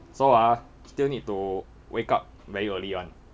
so ah still need to wake up very early [one]